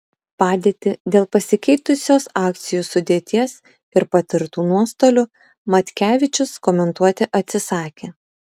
padėtį dėl pasikeitusios akcijų sudėties ir patirtų nuostolių matkevičius komentuoti atsisakė